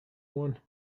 one